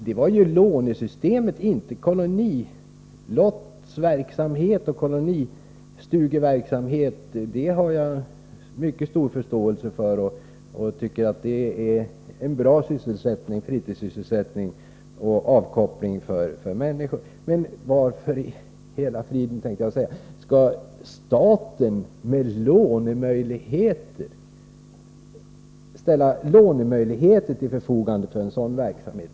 Det var lånesystemet jag kritiserade, inte kolonilottsoch kolonistugeverksamheten. Jag har mycket stor förståelse för den verksamheten och tycker att det är en bra fritidssysselsättning och avkoppling för människor. Men varför skall staten ställa lånemöjligheter till förfogande för en sådan verksamhet?